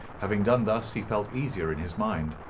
having done thus he felt easier in his mind,